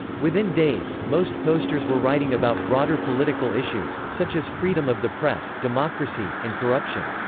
within days, most posters were writing about broader political issues, such as freedom of the press, democracy, and corruption.